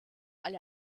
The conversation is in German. alle